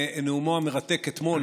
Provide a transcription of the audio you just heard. ונאומו המרתק אתמול,